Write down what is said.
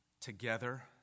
together